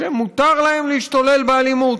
שמותר להם להשתולל באלימות.